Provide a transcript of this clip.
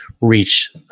reach